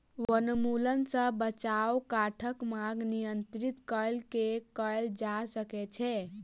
वनोन्मूलन सॅ बचाव काठक मांग नियंत्रित कय के कयल जा सकै छै